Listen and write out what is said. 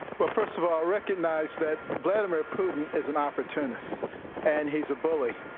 but first of all, i recognize that vladimir putin is an opportunist and he's a bully,